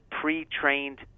Pre-Trained